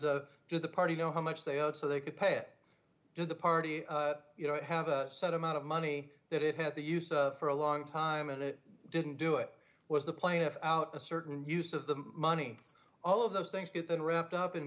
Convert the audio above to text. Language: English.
do the party know how much they owed so they could pay it to the party you know have a set amount of money that it had to use for a long time and it didn't do it was the plaintiff out a certain use of the money all of those things get the wrapped up in